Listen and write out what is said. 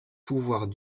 pouvoirs